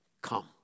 Come